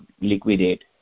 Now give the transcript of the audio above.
liquidate